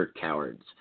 cowards